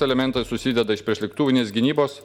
elementai susideda iš priešlėktuvinės gynybos